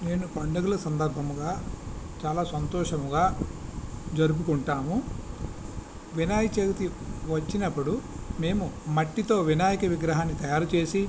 నేను పండుగల సందర్భముగా చాలా సంతోషముగా జరుపుకుంటాము వినాయకచవితి వచ్చినపుడు మేము మట్టితో వినాయక విగ్రహాన్ని తయారు చేసి